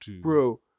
bro